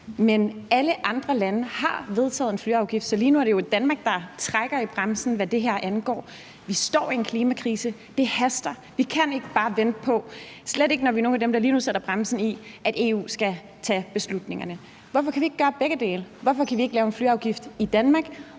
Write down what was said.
men alle andre lande har vedtaget en flyafgift, så lige nu er det jo Danmark, der trækker i bremsen, hvad det her angår. Vi står i en klimakrise, det haster, og vi kan ikke bare vente på – slet ikke, når vi er nogle af dem, der lige nu sætter bremsen i – at EU skal tage beslutningerne. Hvorfor kan vi ikke gøre begge dele? Hvorfor kan vi ikke lave en flyafgift i Danmark